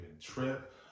trip